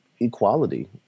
Equality